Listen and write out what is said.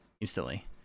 instantly